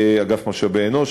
אגף משאבי אנוש,